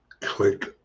click